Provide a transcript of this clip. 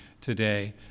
today